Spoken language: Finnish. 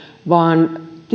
vaan